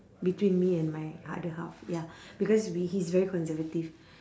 between me and my other half ya because we he's very conservative